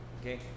okay